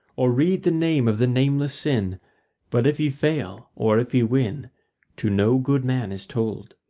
or read the name of the nameless sin but if he fail or if he win to no good man is told.